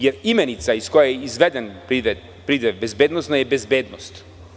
Jer, imenica iz koje je izveden pridev bezbednosna je bezbednost.